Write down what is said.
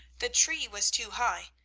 the tree was too high,